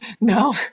No